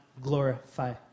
glorify